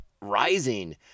Rising